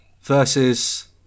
versus